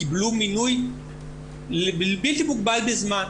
קיבלו מינוי בלתי מוגבל בזמן.